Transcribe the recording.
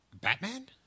Batman